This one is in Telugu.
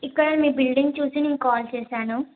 ఇక్కడ మీ బిల్డింగ్ చూసి నేను కాల్ చేశాను